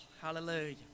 Hallelujah